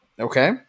Okay